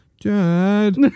dad